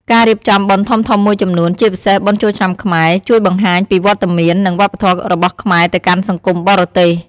ការរៀបចំបុណ្យធំៗមួយចំនួន ជាពិសេសបុណ្យចូលឆ្នាំខ្មែរ ជួយបង្ហាញពីវត្តមាន និងវប្បធម៌របស់ខ្មែរទៅកាន់សង្គមបរទេស។